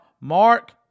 Mark